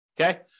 Okay